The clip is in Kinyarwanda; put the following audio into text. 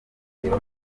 irondo